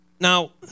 Now